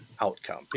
outcome